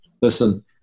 Listen